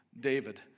David